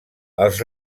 els